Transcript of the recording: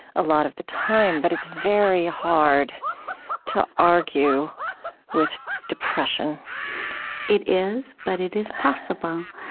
a lot of the time. but it's very hard to argue with depression it is. but it is possible.